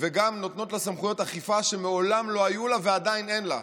וגם נותנות לה סמכויות אכיפה שמעולם לא היו לה ועדיין אין לה.